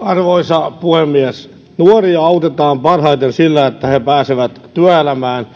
arvoisa puhemies nuoria autetaan parhaiten sillä että he pääsevät työelämään